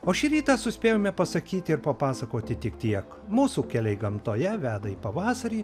o šį rytą suspėjome pasakyti ir papasakoti tik tiek mūsų keliai gamtoje veda į pavasarį